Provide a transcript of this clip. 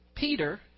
Peter